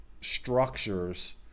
structures